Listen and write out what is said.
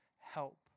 help